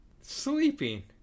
Sleeping